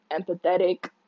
Empathetic